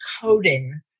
coding